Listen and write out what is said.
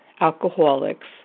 alcoholics